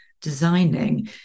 designing